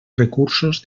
recursos